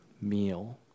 meal